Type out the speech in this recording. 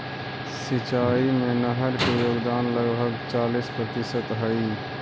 सिंचाई में नहर के योगदान लगभग चालीस प्रतिशत हई